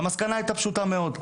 והמסקנה היתה פשוטה מאוד,